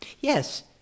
Yes